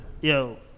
Yo